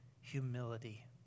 humility